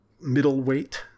middleweight